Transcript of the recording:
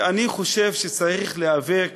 אני חושב שצריך להיאבק